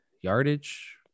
yardage